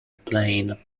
plain